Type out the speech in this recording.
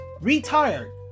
retired